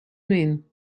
mean